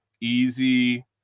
easy